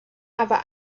aber